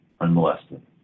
unmolested